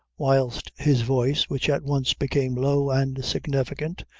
whilst his voice, which at once became low and significant,